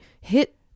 hit